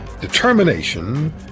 determination